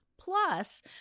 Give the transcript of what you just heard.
Plus